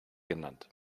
genannt